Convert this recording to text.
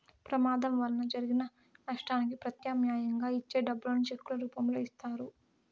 ప్రమాదం వలన జరిగిన నష్టానికి ప్రత్యామ్నాయంగా ఇచ్చే డబ్బులను చెక్కుల రూపంలో ఇత్తారు